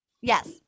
Yes